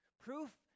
Proof